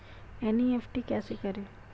NEFT कैसे करें?